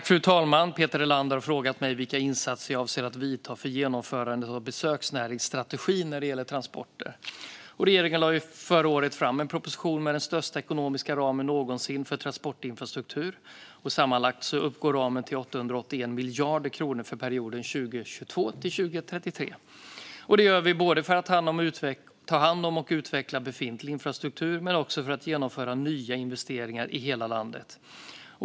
Fru talman! Peter Helander har frågat mig vilka insatser jag avser att göra för genomförandet av besöksnäringsstrategin när det gäller transporter. Regeringen lade förra året fram en proposition med den största ekonomiska ramen någonsin för transportinfrastruktur. Sammanlagt uppgår ramen till 881 miljarder kronor för perioden 2022-2033. Detta gör vi för att både ta hand om och utveckla befintlig infrastruktur men också för att genomföra nya investeringar i hela landet.